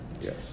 Yes